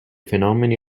fenomeni